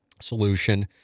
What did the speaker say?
solution